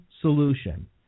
solution